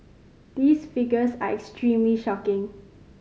these figures are extremely shocking